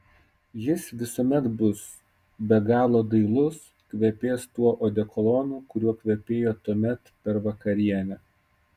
jis visuomet bus be galo dailus kvepės tuo odekolonu kuriuo kvepėjo tuomet per vakarienę